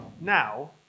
now